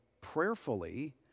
prayerfully